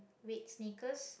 red sneakers